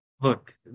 Look